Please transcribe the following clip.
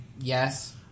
Yes